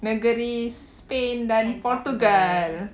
negeri spain dan portugal